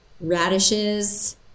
radishes